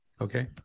Okay